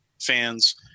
fans